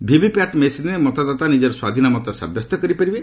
ଭିଭି Pat ମେସିନ୍ରେ ମତଦାତା ନିଜର ସ୍ୱାଧୀନ ମତ ସାବ୍ୟସ୍ତ କରିପାରିବେ